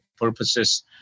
purposes